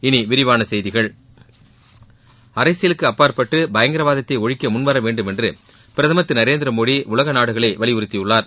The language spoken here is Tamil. இனி விரிவான செய்திகள் அரசியலுக்கு அப்பாற்பட்டு பயங்கரவாதத்தை ஒழிக்க முன்வரவேண்டும் என்று பிரதமர் திரு நரேந்திரமோடி உலக நாடுகளை வலியுறுத்தியுள்ளார்